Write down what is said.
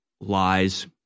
lies